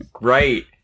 right